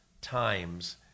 times